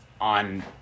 on